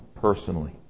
personally